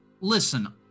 Listen